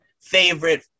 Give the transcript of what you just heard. favorite